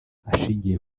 ashingiye